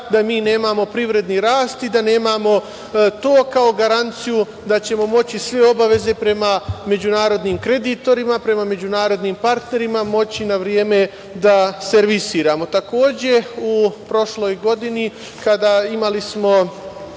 da nemamo privredni rast i da nemamo to kao garanciju da ćemo moći sve obaveze prema međunarodnim kreditorima, prema međunarodnim partnerima moći na vreme da servisiramo. Takođe, u prošloj godini kada smo